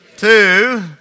two